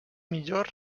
millor